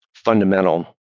fundamental